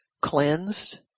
cleansed